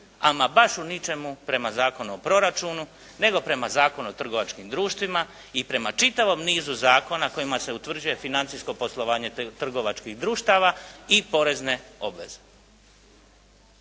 ama baš u ničemu prema Zakonu o proračunu nego prema Zakonu o trgovačkim društvima i prema čitavom nizu zakona kojima se utvrđuje financijsko poslovanje trgovačkih društava i porezne obveze.